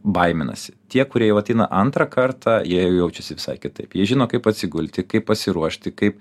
baiminasi tie kurie jau ateina antrą kartą jie jau jaučiasi visai kitaip jie žino kaip atsigulti kaip pasiruošti kaip